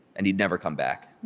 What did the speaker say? and he'd never come back.